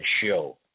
show